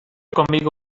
conmigo